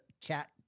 chat